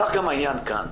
כך גם העניין כאן.